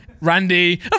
Randy